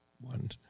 one